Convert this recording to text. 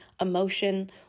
emotion